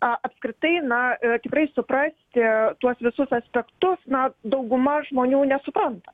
na apskritai na tikrai suprasti tuos visus aspektus na dauguma žmonių nesupranta